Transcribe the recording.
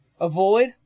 Avoid